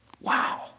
Wow